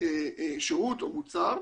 שירות או מוצר,